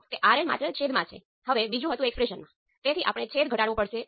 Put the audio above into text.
તો V2 ને 0 પર સેટ કરવાથી આપણને શું મળે છે